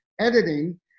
editing